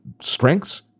strengths